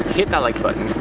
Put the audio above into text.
hit that like button,